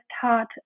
taught